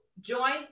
join